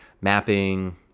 mapping